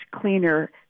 cleaner